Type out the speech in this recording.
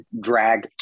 drag